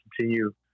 continue